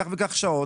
כך וכך שעות,